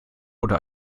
oder